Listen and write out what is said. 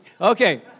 Okay